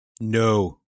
no